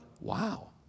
wow